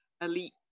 elite